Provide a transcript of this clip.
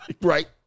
right